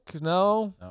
No